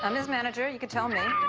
um his manager, you can tell me.